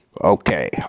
Okay